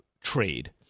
trade